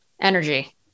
energy